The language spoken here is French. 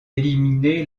éliminé